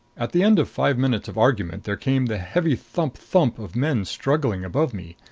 at the end of five minutes of argument there came the heavy thump-thump of men struggling above me.